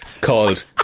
called